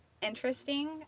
interesting